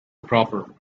proper